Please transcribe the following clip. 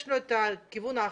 יש לה את כיוון האכיפה,